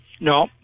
No